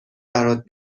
برات